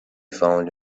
found